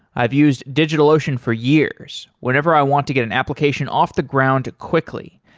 i've used digitalocean for years whenever i want to get an application off the ground quickly,